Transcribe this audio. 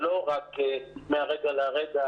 זה לא רק מהרגע להרגע